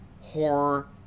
horror